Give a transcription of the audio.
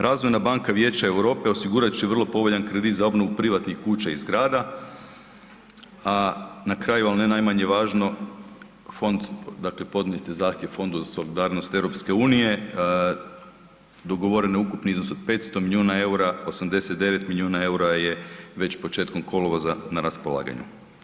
Razvojna banka Vijeća Europe osigurat će vrlo povoljan kredit za obnovu privatnih kuća i zgrada, a na kraju, ali ne najmanje važno, fond, dakle podnijet je zahtjev Fondu za solidarnost EU-e, dogovoreno je ukupni iznos od 500 milijuna eura, 89 milijuna eura je već početkom kolovoza na raspolaganju.